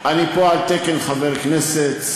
אני פה על תקן חבר כנסת,